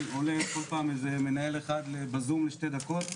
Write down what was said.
עולה כל פעם מנהל בזום לשתי דקות,